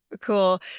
Cool